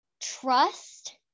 trust